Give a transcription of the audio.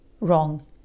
wrong